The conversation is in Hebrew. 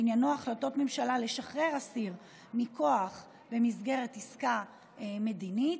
שעניינו החלטות ממשלה לשחרר אסיר מכוח במסגרת עסקה מדינית.